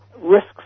risks